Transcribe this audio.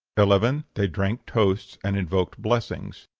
eleven. they drank toasts and invoked blessings.